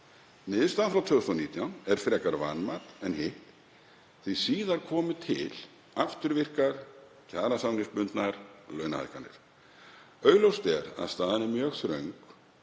frá 2019 er frekar vanmat en hitt því síðar komu til afturvirkar kjarasamningsbundnar launahækkanir. Augljóst er að staðan er mjög þröng